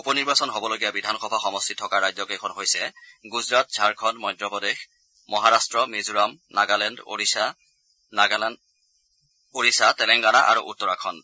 উপ নিৰ্বাচন হ'বলগীয়া বিধান সভা সমষ্টি থকা ৰাজ্যকেইখন হৈছে গুজৰাট ঝাৰখণু মধ্যপ্ৰদেশ মহাৰট্ট মিজোৰাম নাগালেণ্ড ওড়িশা তেলেংগানা আৰু উত্তৰাখণ্ড